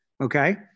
okay